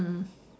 mm